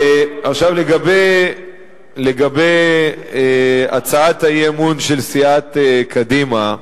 עכשיו לגבי הצעת האי-אמון של סיעת קדימה,